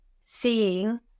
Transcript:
seeing